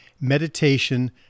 Meditation